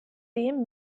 dem